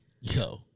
Yo